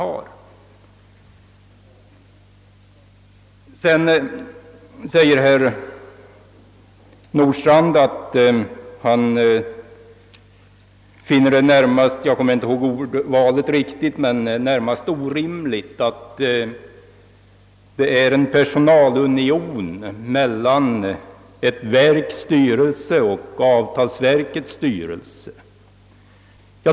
Vidare anser herr Nordstrandh — om jag minns rätt — det vara närmast orimligt att det råder en personalunion mellan ett verks styrelse och avtalsverkets styrelse.